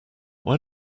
why